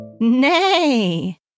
Nay